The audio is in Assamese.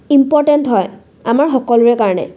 ইম্পৰ্টেণ্ট হয় আমাৰ সকলোৰে কাৰণে